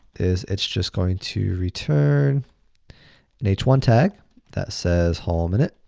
is it's just going to return an h one tag that says home in it.